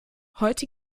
heute